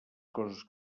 coses